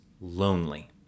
lonely